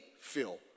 feel